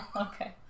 Okay